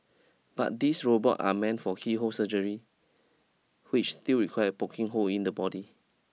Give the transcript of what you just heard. but these robots are meant for keyhole surgery which still requires poking holes in the body